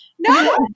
No